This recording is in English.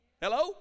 Hello